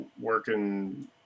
working